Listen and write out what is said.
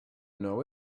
know